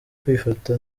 kwifata